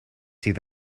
sydd